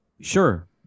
Sure